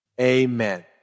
Amen